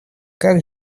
как